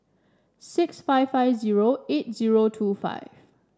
six five five zero eight zero two five